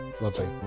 Lovely